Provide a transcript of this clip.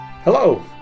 Hello